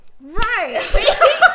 right